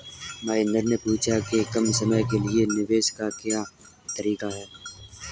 महेन्द्र ने पूछा कि कम समय के लिए निवेश का क्या तरीका है?